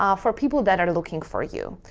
um for people that are looking for you